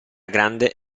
grande